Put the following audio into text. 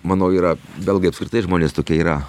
manau yra belgai apskritai žmonės tokie yra